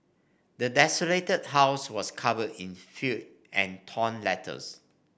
the desolated house was covered in filth and torn letters